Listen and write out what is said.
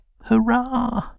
Hurrah